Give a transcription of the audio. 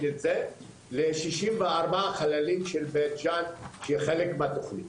-- ל-64 חללים של בית ג'אן שהיא חלק מהתוכנית.